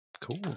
Cool